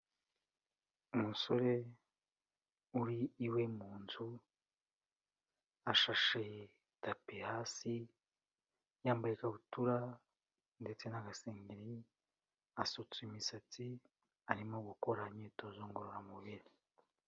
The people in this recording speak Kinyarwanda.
Umusore uri iwe mu nzu, ashashe tapi hasi, yambaye ikabutura ndetse n'agasengeri asutse imisatsi, arimo gukora imyitozo ngororamubiri.